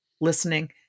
listening